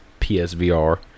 PSVR